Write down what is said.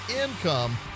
income